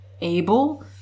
Able